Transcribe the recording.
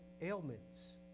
ailments